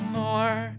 more